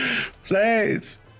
Please